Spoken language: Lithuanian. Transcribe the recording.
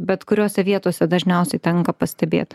bet kuriose vietose dažniausiai tenka pastebėt